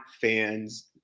fans